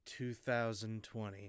2020